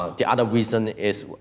ah the other reason is,